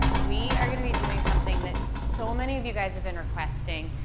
we are going to be doing something that so many of you guys have been requesting.